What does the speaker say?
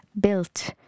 built